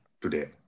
today